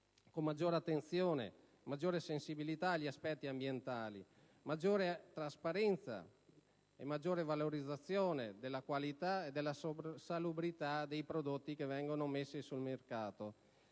con maggiore attenzione e sensibilità agli aspetti ambientali, maggiore trasparenza e valorizzazione della qualità e della salubrità dei prodotti messi sul mercato.